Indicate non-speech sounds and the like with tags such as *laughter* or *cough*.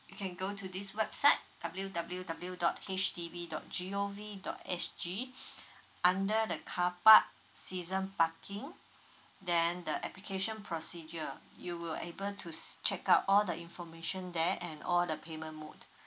you can go to this website w w w dot H D B dot G mail v dot S_G *breath* under the car park season parking then the application procedure you will able to check out all the information there and all the payment mode